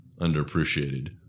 underappreciated